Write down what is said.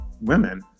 women